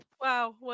Wow